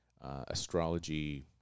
astrology